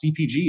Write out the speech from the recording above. CPGs